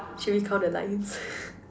should we count the lines